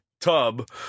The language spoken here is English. tub